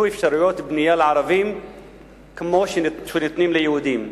אפשרויות בנייה לערבים כמו שנותנים ליהודים.